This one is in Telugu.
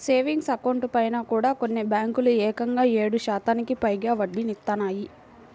సేవింగ్స్ అకౌంట్లపైన కూడా కొన్ని బ్యేంకులు ఏకంగా ఏడు శాతానికి పైగా వడ్డీనిత్తన్నాయి